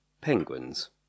penguins